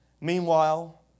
Meanwhile